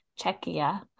czechia